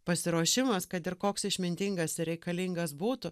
pasiruošimas kad ir koks išmintingas ir reikalingas būtų